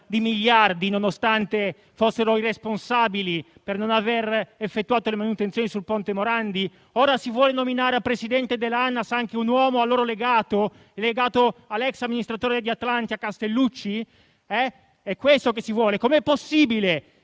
di miliardi, nonostante fossero i responsabili del fatto di non aver effettuato le manutenzioni sul ponte Morandi. Ora si vuole anche nominare come presidente dell'ANAS un uomo a loro legato, legato all'ex amministratore di Atlantia Castellucci? È questo che si vuole? Com'è possibile